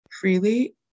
Freely